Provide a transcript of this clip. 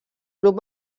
grup